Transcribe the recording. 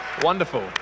Wonderful